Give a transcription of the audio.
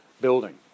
building